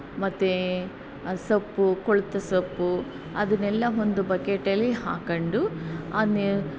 ಮತ್ತು ಸೊಪ್ಪು ಕೊಳೆತ ಸೊಪ್ಪು ಅದನ್ನೆಲ್ಲಾ ಒಂದು ಬಕೆಟಲ್ಲಿ ಹಾಕ್ಕೊಂಡು ಆ ನೀರು